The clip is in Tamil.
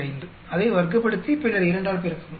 45 அதை வர்க்கப்படுத்தி பின்னர் 2 ஆல் பெருக்கவும்